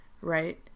Right